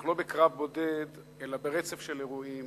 אנחנו לא בקרב בודד, אלא ברצף של אירועים,